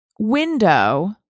Window